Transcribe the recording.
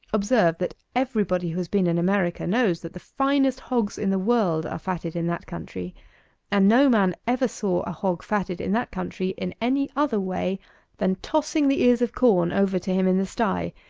observe that everybody who has been in america knows, that the finest hogs in the world are fatted in that country and no man ever saw a hog fatted in that country in any other way than tossing the ears of corn over to him in the sty,